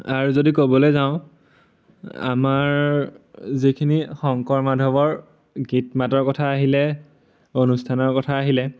আৰু যদি ক'বলৈ যাওঁ আমাৰ যিখিনি শংকৰ মাধৱৰ গীত মাতৰ কথা আহিলে অনুষ্ঠানৰ কথা আহিলে